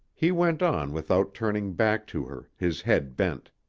he went on without turning back to her, his head bent.